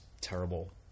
terrible